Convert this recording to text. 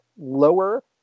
lower